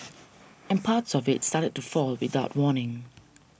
and parts of it started to fall off without warning